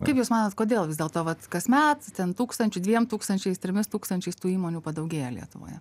kaip jūs manote kodėl vis dėlto vat kasmet ten tūkstančiu dviem tūkstančiais trimis tūkstančiai tų įmonių padaugėja lietuvoje